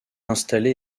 installé